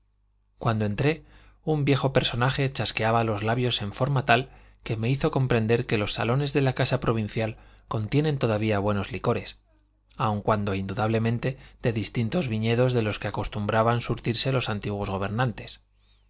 cuando entré un viejo personaje chasqueaba los labios en forma tal que me hizo comprender que los salones de la casa provincial contienen todavía buenos licores aun cuando indudablemente de distintos viñedos de los que acostumbraban surtirse los antiguos gobernadores